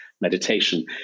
meditation